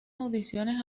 audiciones